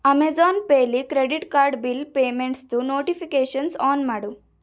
Amazon ಪೇಯಲ್ಲಿ credit card bill ಪೇಮೆಂಟ್ಸ್ದು notifications on ಮಾಡು